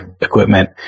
equipment